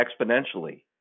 exponentially